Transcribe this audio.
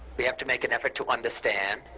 we have to make an effort to understand,